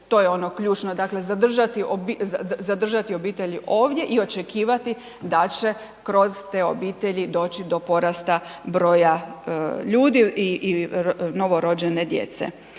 to je ono ključno dakle zadržati obitelj ovdje i očekivati da će kroz te obitelji doći do porasta broja ljudi i novo rođene djece.